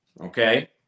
okay